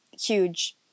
huge